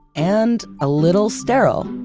and a little sterile.